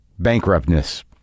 bankruptness